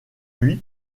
lui